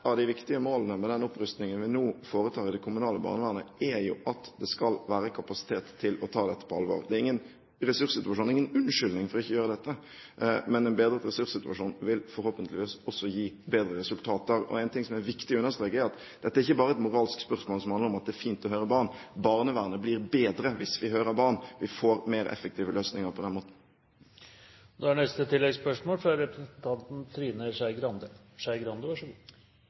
av de viktige målene med den opprustningen vi nå foretar i det kommunale barnevernet, er at det skal være kapasitet til å ta dette på alvor. Ressurssituasjonen er ingen unnskyldning for ikke å gjøre dette. Men en bedret ressurssituasjon vil forhåpentligvis også gi bedre resultater. En ting som er viktig å understreke, er at dette ikke bare er et moralsk spørsmål som handler om at det er fint å høre barn. Barnevernet blir bedre hvis vi hører barn, vi får mer effektive løsninger på den måten.